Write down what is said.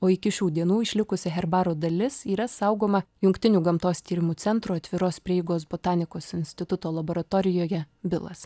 o iki šių dienų išlikusi herbaro dalis yra saugoma jungtinių gamtos tyrimų centro atviros prieigos botanikos instituto laboratorijoje bilas